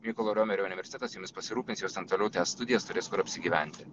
mykolo romerio universitetas jomis pasirūpins jos ten toliau tęs studijas turės kur apsigyventi